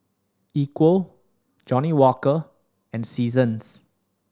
Equal Johnnie Walker and Seasons